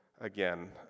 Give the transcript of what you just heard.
again